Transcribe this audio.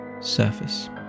surface